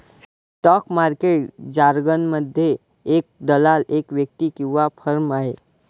stock market जारगनमध्ये, एक दलाल एक व्यक्ती किंवा फर्म आहे